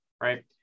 right